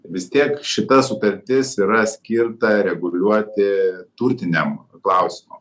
vis tiek šita sutartis yra skirta reguliuoti turtiniam klausimam